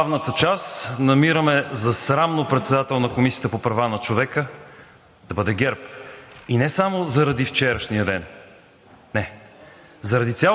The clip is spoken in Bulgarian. Извън забавната част намираме за срамно председател на Комисията по правата на човека да бъде ГЕРБ. И не само заради вчерашния ден –